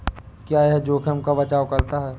क्या यह जोखिम का बचाओ करता है?